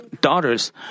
daughters